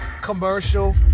commercial